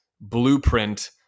blueprint